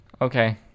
Okay